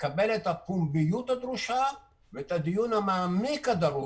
לקבל את הפומביות הדרושה ואת הדיון המעמיק הדרוש,